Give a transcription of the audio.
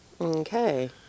Okay